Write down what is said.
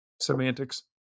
semantics